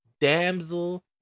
damsel